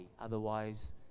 otherwise